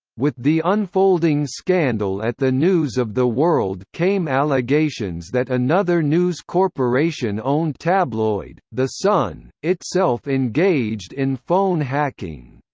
with the unfolding scandal at the news of the world came allegations that another news corporation-owned tabloid, the sun, itself engaged in phone hacking.